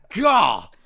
God